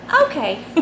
okay